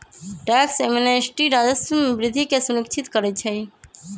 tax amnesty राजस्व में वृद्धि के सुनिश्चित करइ छै